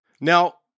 Now